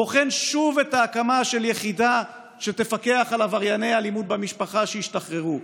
בוחן שוב את ההקמה של יחידה שתפקח על עברייני אלימות במשפחה שהשתחררו.